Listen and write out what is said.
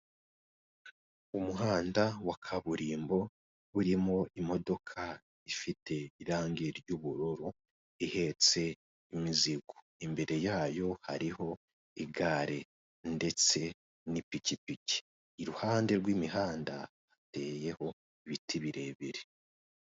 Umuhanda wa kaburimbo urimo imodoka ifite irangi ry'ubururu ihetse imizigo, imbere yayo hariho igare ndetse n'ipikipiki. Iruhande rw'imihanda hateyeho ibiti birebire.